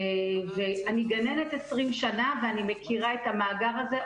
אני גננת 20 שנה ואני מכירה את המאגר הזה.